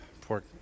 poor